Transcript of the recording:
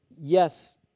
Yes